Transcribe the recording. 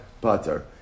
butter